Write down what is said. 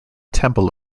temple